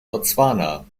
botswana